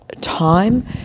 time